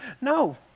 No